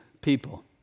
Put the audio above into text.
people